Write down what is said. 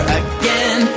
again